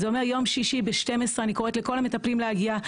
אז זה אומר יום שישי ב-12:00 אני קוראת לכל המטפלים להגיע.